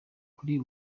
kuri